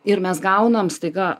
ir mes gaunam staiga